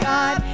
God